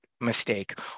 mistake